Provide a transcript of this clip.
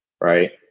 right